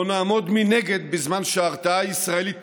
לא נעמוד מנגד בזמן שההרתעה הישראלית נשחקת,